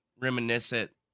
reminiscent